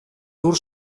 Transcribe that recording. lur